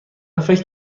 فکر